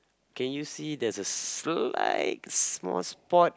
can you see there's a slight small spot